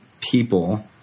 people